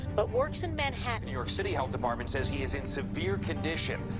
but works in manhattan. new york city health department says he is in severe condition.